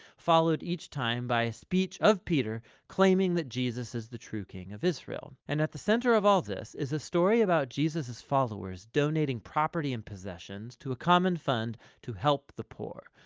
followed each time by speech of peter, claiming that jesus is the true king of israel, and at the center of all this, is a story about jesus's followers donating property and possessions to a common fund to help the poor,